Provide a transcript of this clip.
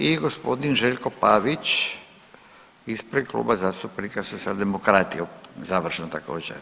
I gospodin Željko Pavić ispred Kluba zastupnika Socijaldemokrati, završno također.